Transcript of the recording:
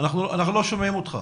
לא שומעים אותך.